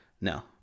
no